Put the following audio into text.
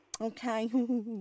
Okay